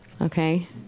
Okay